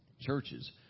Churches